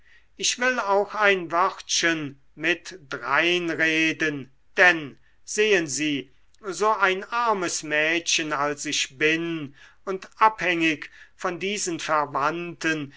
ich will auch ein wörtchen mit drein reden denn sehen sie so ein armes mädchen als ich bin und abhängig von diesen verwandten